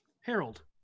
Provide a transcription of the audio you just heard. Harold